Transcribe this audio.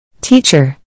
Teacher